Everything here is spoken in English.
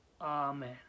Amen